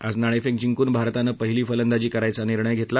आज नाणेफेक जिंकून भारतानं पहिली फलंदाजी करायचा निर्णय घेतला